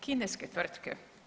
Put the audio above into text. Kineske tvrtke.